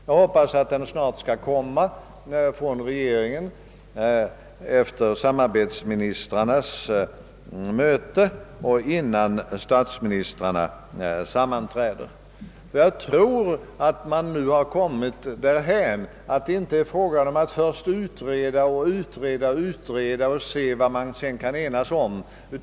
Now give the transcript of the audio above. Jag hoppas att en sådan vilja snart skall komma att visas av regeringen efter samarbetsministrarnas möte och innan statsministrarna sammanträder. Enligt min mening har vi kommit därhän att det inte nu är fråga om att först utreda och åter utreda för att längre fram se vad man sedan kan enas om.